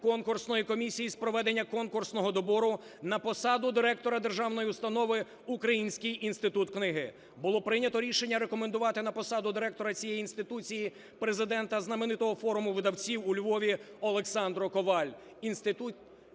конкурсної комісії з проведення конкурсного добору на посаду директора державної установи "Український інститут книги". Було прийнято рішення рекомендувати на посаду директора цієї інституції президента знаменитого Форуму видавців у Львові Олександру Коваль.